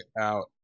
out